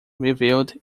reviewed